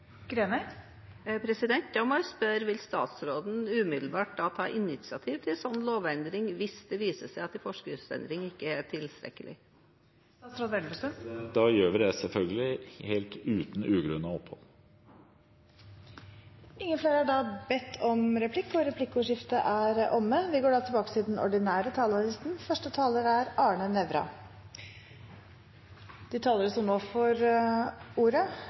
Da må jeg spørre: Vil statsråden umiddelbart ta initiativ til en sånn lovendring hvis det viser seg at en forskriftsendring ikke er tilstrekkelig? Da gjør vi det, selvfølgelig, helt uten ugrunnet opphold. Replikkordskiftet er omme. De talere som heretter får ordet, har en taletid på inntil 3 minutter. Jeg må få lov til å berømme statsråden, som står ganske rakrygget i denne saken. Det er